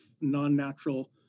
non-natural